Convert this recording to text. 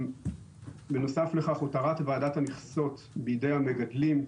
בנוסף לכך הותרת ועדת המכסות בידי המגדלים,